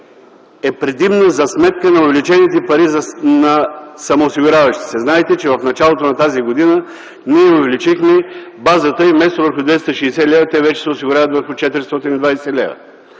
е предимно за сметка на увеличените пари на самоосигуряващите се. Знаете, че в началото на тази година увеличихме базата и вместо върху 260 лв. те вече се осигуряват върху 420 лв.